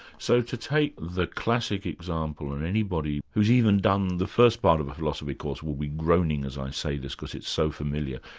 so, to take the classic example, and anybody who's even done the first part of a philosophy course will be groaning as i say this, because it's so familiar.